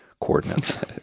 coordinates